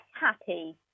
happy